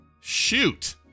Shoot